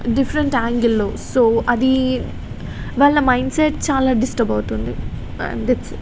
different యాంగిల్లో so అది వాళ్ళ మైండ్సెట్ చాలా డిస్టర్బ్ అవుతుంది అండ్ దట్స్ ఇట్